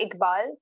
Iqbal